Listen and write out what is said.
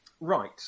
Right